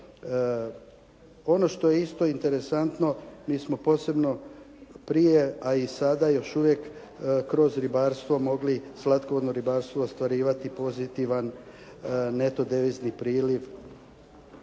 Ono što je isto interesantno, mi smo posebno prije, a i sada kroz ribarstvo mogli slatkovodno ribarstvo ostvarivati pozitivan neto devizni priliv.